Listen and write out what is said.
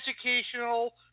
educational